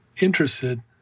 interested